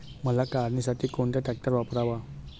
मका काढणीसाठी कोणता ट्रॅक्टर वापरावा?